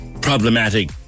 problematic